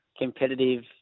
competitive